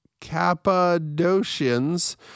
Cappadocians